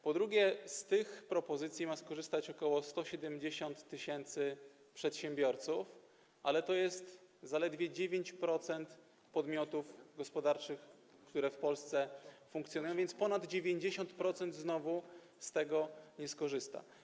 Po drugie, z tych propozycji ma skorzystać ok. 170 tys. przedsiębiorców, ale jest to zaledwie 9% podmiotów gospodarczych, które funkcjonują w Polsce, więc ponad 90% znowu z tego nie skorzysta.